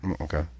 Okay